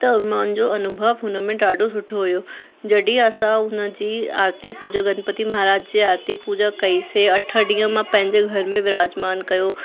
त मुंजो अनुभव हुन में ॾाढो सुठो हुओ जॾहिं असां उन जी आरती पूजा गणपति महाराज जे आरती पूजा कईसीं अठ ॾींहं मां पंहिंजे घर में विराजमान कयो